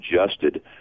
adjusted